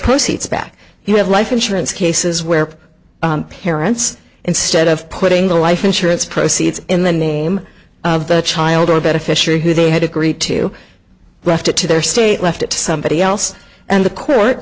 proceeds bad he had life insurance cases where parents instead of putting the life insurance proceeds in the name of the child or beneficiary who they had agreed to graft it to their state left it to somebody else and the court